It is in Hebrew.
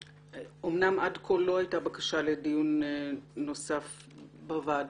אמנם עד כה לא הייתה בקשה לדיון נוסף בוועדה,